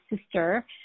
sister